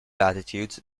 latitudes